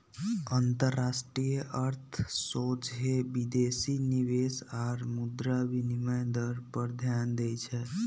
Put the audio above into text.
अंतरराष्ट्रीय अर्थ सोझे विदेशी निवेश आऽ मुद्रा विनिमय दर पर ध्यान देइ छै